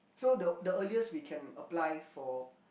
so the the earliest we can apply for